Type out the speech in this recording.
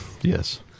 Yes